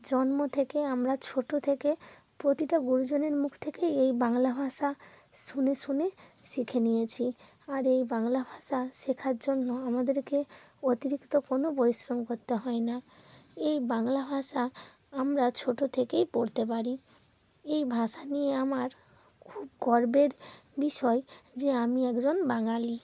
জন্ম থেকে আমরা ছোটো থেকে প্রতিটা গুরুজনের মুখ থেকেই এই বাংলা ভাষা শুনে শুনে শিখে নিয়েছি আর এই বাংলা ভাষা শেখার জন্য আমাদেরকে অতিরিক্ত কোনো পরিশ্রম করতে হয় না এই বাংলা ভাষা আমরা ছোটো থেকেই পড়তে পারি এই ভাষা নিয়ে আমার খুব গর্বের বিষয় যে আমি একজন বাঙালি